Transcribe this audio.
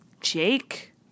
Jake